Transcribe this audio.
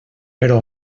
però